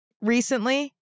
recently